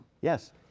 Yes